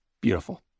Beautiful